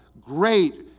great